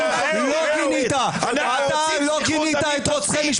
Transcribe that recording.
אתה חלאת המין האנושי --- אתה אוטו-אנטישמי.